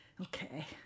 Okay